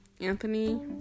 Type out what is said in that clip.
Anthony